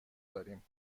داریم